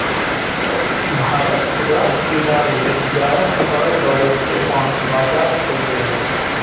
भारत खुदरा खरीदार लेल ग्यारह खरब डॉलर के बांड बाजार खोलि रहल छै